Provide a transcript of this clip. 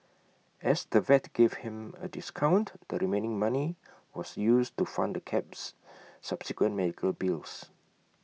as the vet gave him A discount the remaining money was used to fund the cat's subsequent medical bills